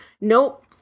nope